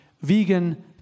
vegan